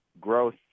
growth